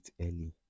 early